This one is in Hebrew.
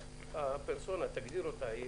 הפרסונה, תגדיר אותה.